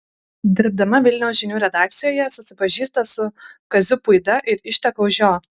dirbdama vilniaus žinių redakcijoje susipažįsta su kaziu puida ir išteka už jo